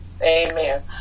amen